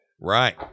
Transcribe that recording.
Right